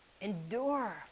Endure